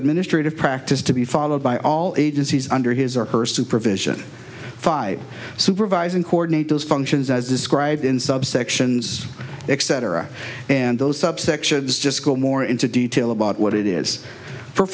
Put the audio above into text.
administrative practice to be followed by all agencies under his or her supervision by supervise and coordinate those functions as described in subsections except and those subsections just go more into detail about what it is